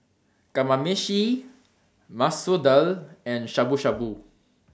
Kamameshi Masoor Dal and Shabu Shabu